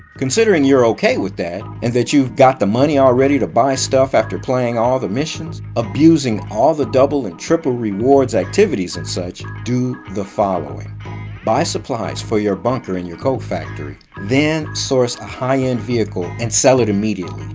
considering you're ok with that, and that you got the money already to buy stuff after playing all the missions, abusing all the double and triple rewards activities such, do the following buy supplies for your bunker and your coke factory, then source a high-end vehicle and sell it immediately,